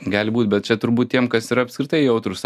gali būti bet čia turbūt tiem kas yra apskritai jautrūs